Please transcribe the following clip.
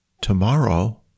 tomorrow